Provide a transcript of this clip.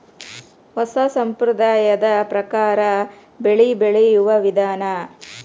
ಹೊಸಾ ಸಂಪ್ರದಾಯದ ಪ್ರಕಾರಾ ಬೆಳಿ ಬೆಳಿಯುವ ವಿಧಾನಾ